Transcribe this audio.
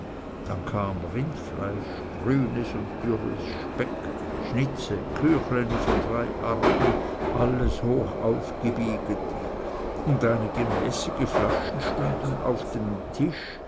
dann kam rindfleisch grünes und dürres speck schnitze küchleni von drei arten alles hoch aufgebyget und einige mäßige flaschen stunden auf dem tisch